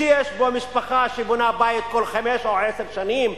שיש בו משפחה שבונה בית כל חמש או עשר שנים,